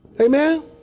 Amen